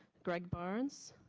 greg barnes,